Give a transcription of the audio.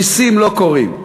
נסים לא קורים,